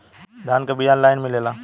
धान के बिया ऑनलाइन मिलेला?